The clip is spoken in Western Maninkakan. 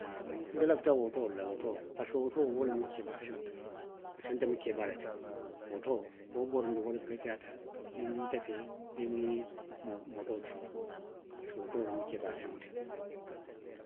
Nte lafita otoo le la. Otoo parisiko otoo wo lemu keebaa feŋo ti. Parisiko nte mu keebaa le ti. Otoo, ka wo borondi wo le beteyaata. ii. nte fee i niŋ motoo ti parisiko otoo loŋ keebaa feŋo ti